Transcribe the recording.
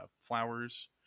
flowers